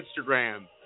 Instagram